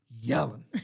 yelling